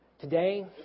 Today